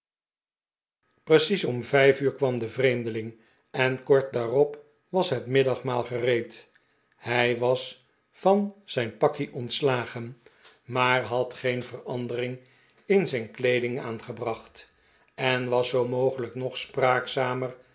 precies om vijf uur kwam de vreemdeling en kort daarop was het middagmaal gereed hij was van zijn pakje ontslagen maar had geen verandering in zijn kleeding aangebracht en was zoo mogelijk nog spraakzamer